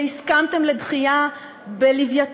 או חיילות